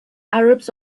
arabs